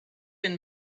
been